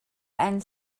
and